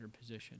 position